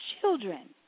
children